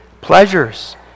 pleasures